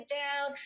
down